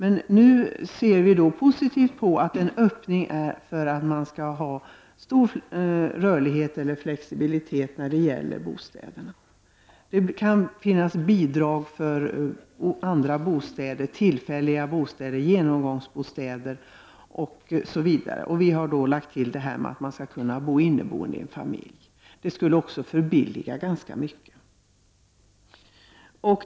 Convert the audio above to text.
Vi ser dock positivt på det förslag som innebär en öppning till en större rörlighet i bostadsfrågan. Det ges bidrag till tillfälliga bostäder, genomgångsbostäder osv. Vi har lagt till att flyktingar också kan vara inneboende hos familjer. En sådan ordning skulle förbilliga för kommunerna.